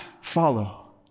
follow